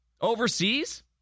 overseas